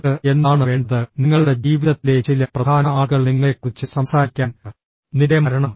നിങ്ങൾക്ക് എന്താണ് വേണ്ടത് നിങ്ങളുടെ ജീവിതത്തിലെ ചില പ്രധാന ആളുകൾ നിങ്ങളെക്കുറിച്ച് സംസാരിക്കാൻ നിന്റെ മരണം